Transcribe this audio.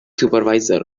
supervisor